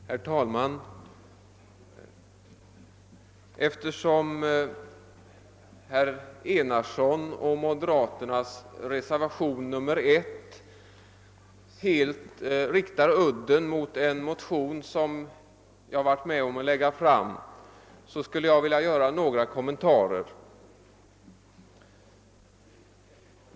Herr talman! Eftersom moderaternas reservation nr 1, som herr Enarsson har yrkat bifall till, helt riktar udden mot en motion som jag har varit med om att lägga fram, skulle jag vilja göra några kommentarer.